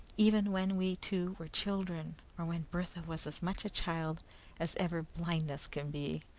even when we two were children, or when bertha was as much a child as ever blindness can be!